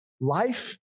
life